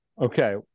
Okay